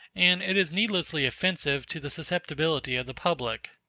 and it is needlessly offensive to the susceptibility of the public.